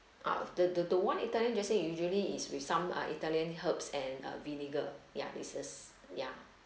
ah the the the one italian dressing usually is with some uh italian herbs and uh vinegar ya ya